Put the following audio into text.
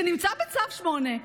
שנמצא בצו 8,